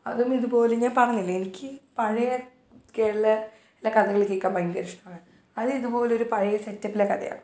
അതും ഇതുപോലെ ഞാൻ പറഞ്ഞില്ലേ എനിക്ക് പഴയ കേരളയിലെ കഥകൾ കേൾക്കാൻ ഭയങ്കരിഷ്ടമാണ് അതിതുപോലൊരു പഴയ സെറ്റപ്പിലെ കഥയാണ്